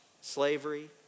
Slavery